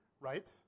right